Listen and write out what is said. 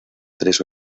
tres